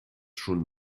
schon